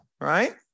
right